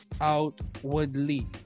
outwardly